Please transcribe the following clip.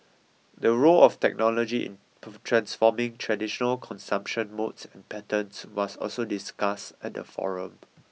the role of technology transforming traditional consumption modes and patterns was also discussed at the forum